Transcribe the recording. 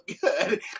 good